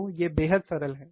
तो यह बेहद सरल है